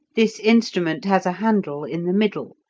this instrument has a handle in the middle,